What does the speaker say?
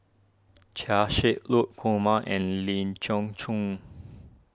Chia Shi Lu Kumar and Lee Chin